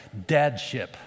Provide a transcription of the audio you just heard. dadship